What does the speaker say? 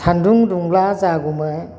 सान्दुं दुंब्ला जागौमोन